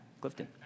Clifton